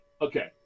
Okay